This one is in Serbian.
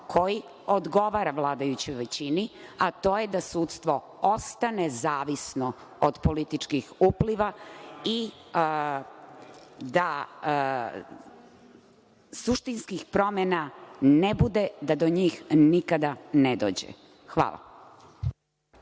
koji odgovara vladajućoj većini, a to je da sudstvo ostane zavisno od političkih upliva i da suštinskih promena ne bude, da do njih nikada ne dođe. Hvala.